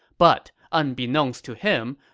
but unbeknownst to him,